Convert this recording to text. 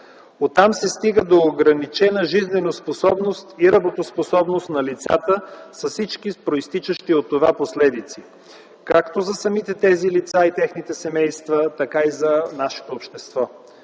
Оттам се стига до ограничена жизнеспособност и работоспособност на лицата с всички произтичащи от това последици както за самите лица и техните семейства, така и за нашето общество.